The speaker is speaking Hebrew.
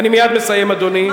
אני מסיים, אדוני.